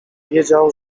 wiedział